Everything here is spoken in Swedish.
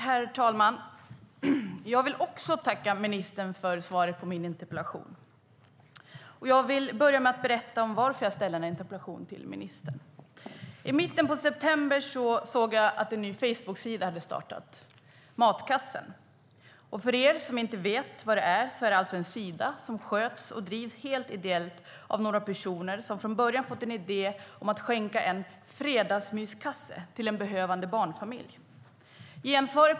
Herr talman! Jag vill också tacka ministern för svaret på min interpellation. Och jag vill börja med att berätta varför jag ställde den här interpellationen till ministern. I mitten av september såg jag att en ny Facebooksida hade startat: Matkassen. För er som inte vet vad det är kan jag säga att det är en sida som sköts och drivs helt ideellt av några personer som från början fick en idé om att skänka en fredagsmyskasse till en behövande barnfamilj.